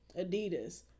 Adidas